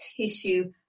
tissue